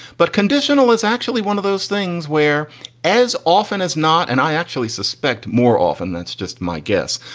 but conditional is actually one of those things where as often as not and i actually suspect more often that's just my guess.